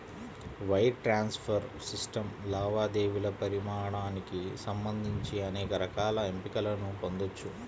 wire transfer system లావాదేవీల పరిమాణానికి సంబంధించి అనేక రకాల ఎంపికలను పొందొచ్చు